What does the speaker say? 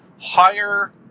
Higher